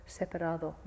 separado